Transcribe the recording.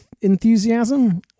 enthusiasm